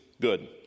good